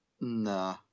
Nah